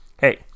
Hey